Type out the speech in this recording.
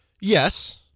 Yes